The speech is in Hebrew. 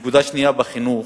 כשאני מדבר על חינוך,